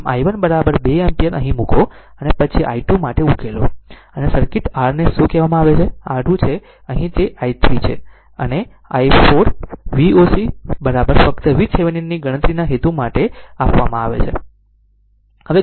આમ i1 2 ampere અહીં મૂકો અને પછી i2 માટે ઉકેલો અને આ સર્કિટ r ને શું કહેવામાં આવે છે R2 છે અહીં તે i3 અને i4 Voc ફક્ત VThevenin ની ગણતરીના હેતુ માટે આપવામાં આવે છે